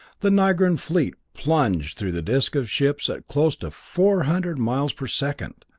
the nigran fleet plunged through the disc of ships at close to four hundred miles per second.